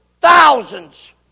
thousands